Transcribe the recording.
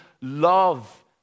Love